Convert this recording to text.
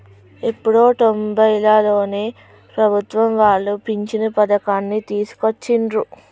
ఎప్పుడో తొంబైలలోనే ప్రభుత్వం వాళ్ళు పించను పథకాన్ని తీసుకొచ్చిండ్రు